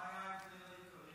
מה היה ההבדל העיקרי?